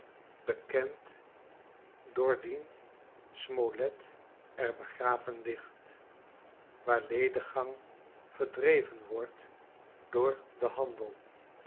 bekend doordien smolet er begraven ligt waar lediggang verdreven wordt door den handel